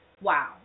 wow